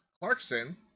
Clarkson